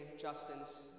Justin's